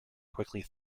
quickly